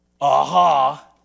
aha